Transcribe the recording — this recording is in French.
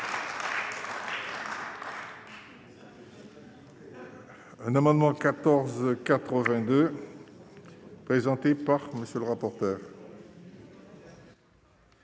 Un amendement 14 82 présenté par monsieur le rapporteur.